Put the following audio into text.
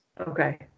Okay